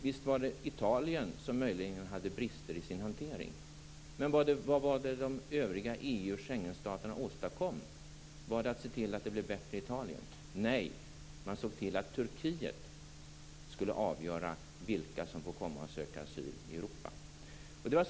Visst hade vidare, Gustaf von Essen, Italien brister i sin hantering, men vad åstadkom de övriga EU och Schengenstaterna? Såg de till att det blev bättre i Italien? Nej, man såg till att Turkiet skulle avgöra vilka som får komma till Europa och söka asyl.